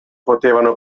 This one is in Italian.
potevano